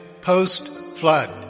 post-flood